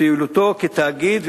לפעילותו כתאגיד,